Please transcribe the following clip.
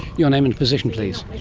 your name and position please?